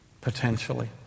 Potentially